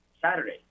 Saturday